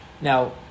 Now